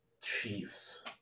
Chiefs